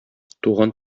туган